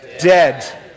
dead